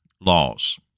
laws